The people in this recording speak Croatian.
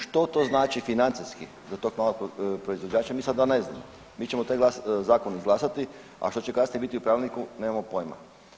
Što to znači financijski za tog malog proizvođača mi sada ne znamo, mi ćemo taj zakon izglasati, a što će kasnije biti u pravilniku nemamo pojma.